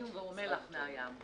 הליום או מלח מהים.